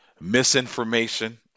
misinformation